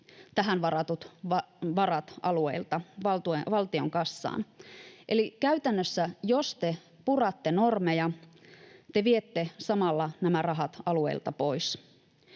tähän varatut varat alueilta valtion kassaan, eli käytännössä jos te puratte normeja, te viette samalla nämä rahat alueilta pois.